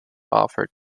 offered